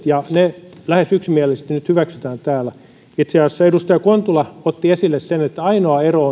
ja ne lähes yksimielisesti nyt hyväksytään täällä itse asiassa edustaja kontula otti esille sen että ainoa ero